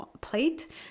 plate